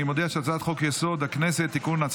אני מודיע שהצעת חוק-יסוד: הכנסת (תיקון,